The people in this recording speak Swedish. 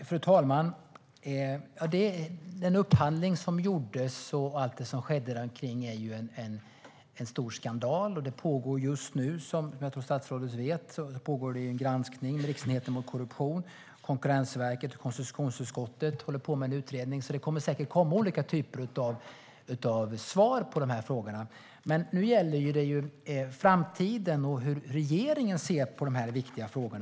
Fru talman! Den upphandling som gjordes och allt det som skedde där omkring är en stor skandal. Det pågår just nu, vilket jag tror att statsrådet vet, en granskning av Riksenheten mot korruption, och Konkurrensverket och konstitutionsutskottet håller också på med en utredning. Det kommer därför säkert att komma olika typer av svar på dessa frågor. Men nu gäller det framtiden och hur regeringen ser på dessa viktiga frågor.